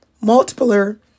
multiplier